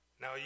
Now